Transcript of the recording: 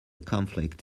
conflict